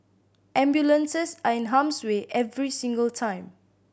ambulances are in harm's way every single time